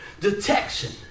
Detection